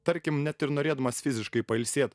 tarkim net ir norėdamas fiziškai pailsėt